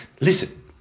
Listen